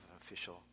official